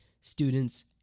students